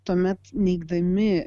tuomet neigdami